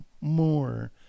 more